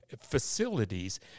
facilities